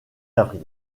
avril